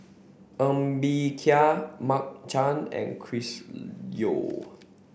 Ng Bee Kia Mark Chan and Chris Yeo